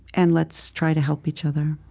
and let's try to help each other.